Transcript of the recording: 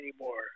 anymore